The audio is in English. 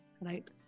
right